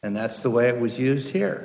and that's the way it was used here